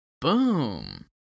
Boom